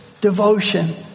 devotion